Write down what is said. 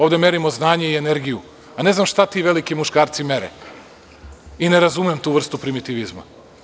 Ovde merimo znanje i energiju, a ne znam šta ti veliki muškarci mere i ne razumem tu vrstu primitivizma.